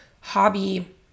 hobby